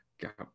got